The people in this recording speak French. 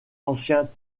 anciens